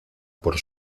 por